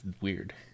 weird